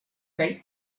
kaj